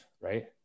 Right